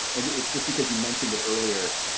and it's just because you mentioned it earlier,